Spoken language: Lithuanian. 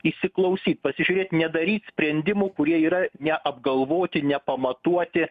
įsiklausyt pasižiūrėt nedaryt sprendimų kurie yra neapgalvoti nepamatuoti